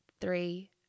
three